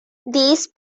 these